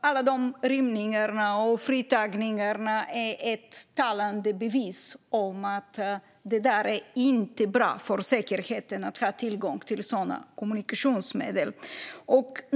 Alla rymningar och fritagningar är talande bevis på att det inte är bra för säkerheten att ha tillgång till sådana kommunikationsmedel.